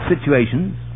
situations